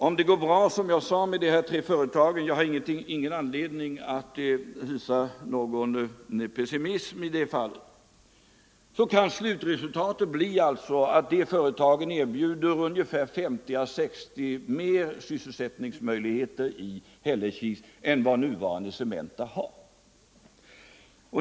Om det går bra med de här tre företagen — jag har ingen anledning att hysa någon pessimism i det fallet — kan slutresultatet alltså bli att de erbjuder 50-60 fler sysselsättningstillfällen i Hällekis än vad Cementa nu ger.